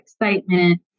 excitement